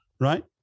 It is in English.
Right